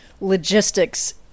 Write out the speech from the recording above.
logistics